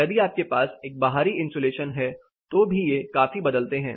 यदि आपके पास एक बाहरी इन्सुलेशन है तो भी ये काफी बदलते हैं